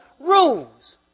rules